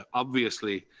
ah obviously,